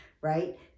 right